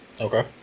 Okay